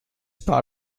part